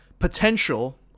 potential